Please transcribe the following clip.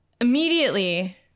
immediately